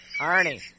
Ernie